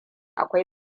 akwai